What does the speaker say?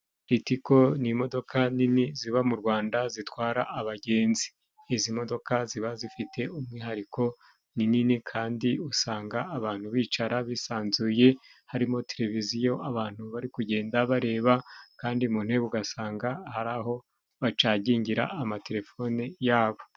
Ritiko ni imodoka nini ziba mu Rwanda zitwara abagenzi. Izi modoka ziba zifite umwihariko ni nini kandi usanga abantu bicara bisanzuye, harimo tereviziyo abantu bari kugenda bareba, kandi mu ntebe ugasanga hari aho bacagingira amaterefone yabo.